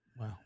Wow